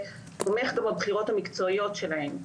ותומך גם בבחירות המקצועיות שלהם.